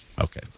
Okay